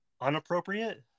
Unappropriate